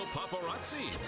Paparazzi